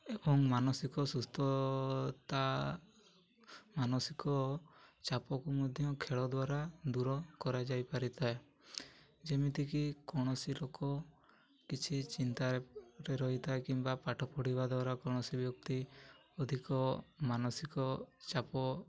ଏବଂ ମାନସିକ ସୁସ୍ଥତା ମାନସିକ ଚାପକୁ ମଧ୍ୟ ଖେଳ ଦ୍ୱାରା ଦୂର କରାଯାଇପାରିଥାଏ ଯେମିତିକି କୌଣସି ଲୋକ କିଛି ଚିନ୍ତାରେ ରହିଥାଏ କିମ୍ବା ପାଠ ପଢ଼ିବା ଦ୍ୱାରା କୌଣସି ବ୍ୟକ୍ତି ଅଧିକ ମାନସିକ ଚାପ